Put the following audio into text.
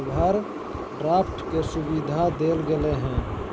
overdraft के सुविधा देल गेलय हइ